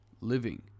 living